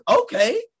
okay